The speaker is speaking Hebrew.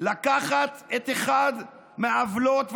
לקחת את אחת העוולות,